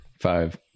Five